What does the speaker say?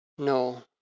No